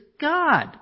God